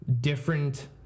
different